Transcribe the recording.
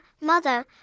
mother